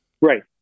right